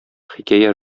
хикәя